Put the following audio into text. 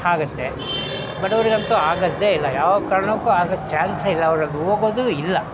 ಆಗುತ್ತೆ ಬಡವರಿಗಂತೂ ಆಗದೇ ಇಲ್ಲ ಯಾವ ಕಾರಣಕ್ಕೂ ಆಗೋ ಚಾನ್ಸೇ ಇಲ್ಲ ಅವ್ರಲ್ಲಿ ಹೋಗೋದು ಇಲ್ಲ